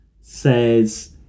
says